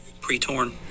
Pre-torn